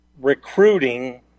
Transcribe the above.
recruiting